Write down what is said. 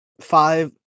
five